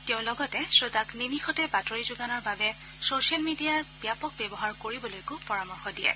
তেওঁ লগতে শ্ৰোতাক নিমিষতে বাতৰি যোগানৰ বাবে চচিয়েল মিডিয়াৰ ব্যাপক ব্যৱহাৰ কৰিবলৈও পৰামৰ্শ দিয়ে